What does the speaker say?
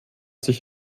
sich